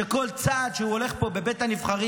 שכל צעד שהוא הולך פה בבית הנבחרים